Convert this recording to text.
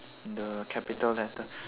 the capital letter